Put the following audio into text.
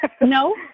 No